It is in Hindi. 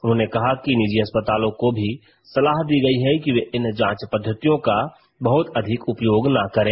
उन्होंने कहा कि निजी अस्पतालों को भी सलाह दी गई है कि वे इन जांच पद्वतियों का बहुत अधिक उपयोग न करे